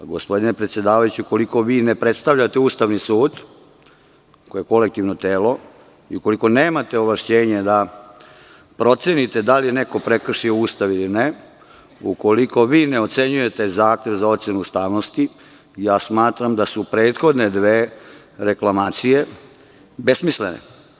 Gospodine predsedavajući, ukoliko vi ne predstavljate Ustavni sud, koji je kolektivno telo, ukoliko nemate ovlašćenje da procenite da li je neko prekršio Ustav ili ne, ukoliko vi ne ocenjujete zahtev za ocenu ustavnosti, ja smatram da su prethodne dve reklamacije besmislene.